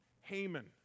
Haman